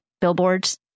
billboards